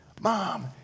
Mom